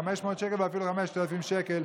500 שקל ואפילו 5,000 שקלים,